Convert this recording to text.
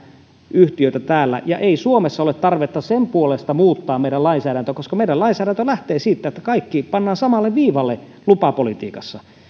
yhtiöitä täällä eikä suomessa ole tarvetta sen puolesta muuttaa lainsäädäntöä koska meidän lainsäädäntömme lähtee siitä että kaikki pannaan samalle viivalle lupapolitiikassa